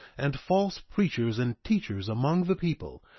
and false preachers and teachers among the people,